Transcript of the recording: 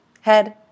Head